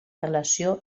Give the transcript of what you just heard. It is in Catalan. relació